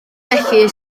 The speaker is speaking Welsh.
felly